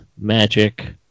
magic